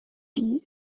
die